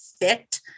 fit